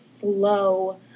flow